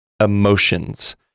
emotions